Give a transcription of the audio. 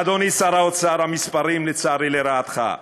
אדוני שר האוצר, המספרים, לצערי, לרעתך.